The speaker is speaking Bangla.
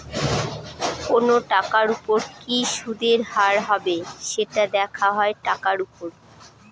কোনো টাকার উপর কি সুদের হার হবে, সেটা দেখা হয় টাকার উপর